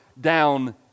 down